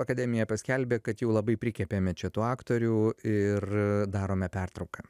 akademija paskelbė kad jau labai prikepėme čia tų aktorių ir darome pertrauką